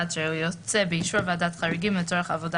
"(11) הוא יוצא באישור ועדת חריגים לצורך עבודה